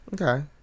Okay